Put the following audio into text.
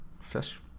Fish